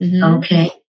Okay